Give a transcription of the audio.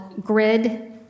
Grid